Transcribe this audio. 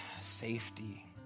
safety